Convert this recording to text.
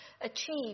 achieve